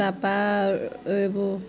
তাৰপৰা এইবোৰ